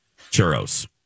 Churros